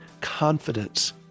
confidence